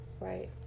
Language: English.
right